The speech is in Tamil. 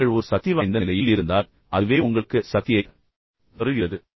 நீங்கள் ஒரு சக்திவாய்ந்த நிலையில் இருந்தால் சில நேரங்களில் அந்த நிலையே உங்களுக்கு சில சக்தியைத் தருகிறது